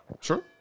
Sure